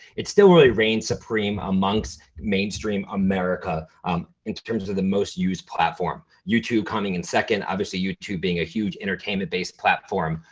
it's still really reigned supreme amongst mainstream america um in terms of the most used platform, youtube coming in second, obviously youtube being a huge entertainment-based platform.